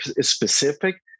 specific